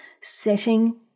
setting